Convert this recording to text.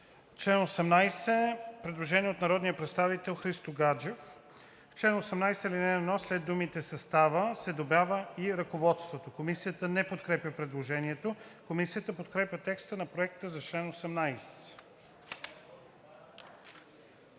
чл. 18 има предложение от народния представител Христо Гаджев: „В чл. 18, ал. 1 след думата „състава“ се добавя и „ръководството“.“ Комисията не подкрепя предложението. Комисията подкрепя текста на Проекта за чл. 18.